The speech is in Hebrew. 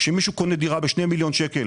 כשמישהו קונה דירה ב-2 מיליון שקלים,